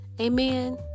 Amen